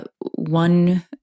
one